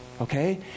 okay